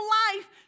life